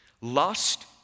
Lust